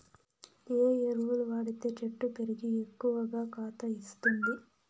ఏ ఎరువులు వాడితే చెట్టు పెరిగి ఎక్కువగా కాత ఇస్తుంది?